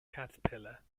caterpillar